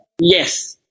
Yes